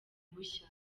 bushya